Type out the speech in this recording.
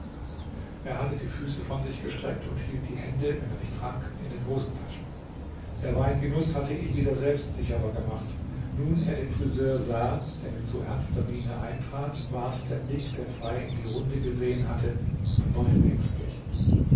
er hatte die füße von sich gestreckt und hielt die hände wenn er nicht trank in den hosentaschen der weingenuß hatte ihn wieder selbstsicherer gemacht nun er den friseur sah der mit so ernster miene eintrat ward der blick der frei in die runde gesehen hatte von neuem ängstlich